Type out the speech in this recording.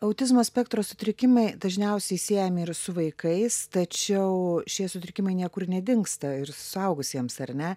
autizmo spektro sutrikimai dažniausiai siejami ir su vaikais tačiau šie sutrikimai niekur nedingsta ir suaugusiems ar ne